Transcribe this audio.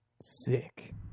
Sick